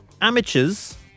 amateurs